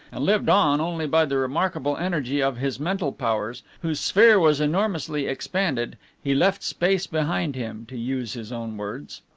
and lived on only by the remarkable energy of his mental powers, whose sphere was enormously expanded, he left space behind him, to use his own words.